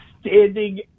standing